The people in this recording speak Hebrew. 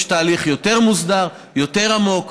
יש תהליך יותר מוסדר, יותר עמוק.